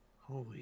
Holy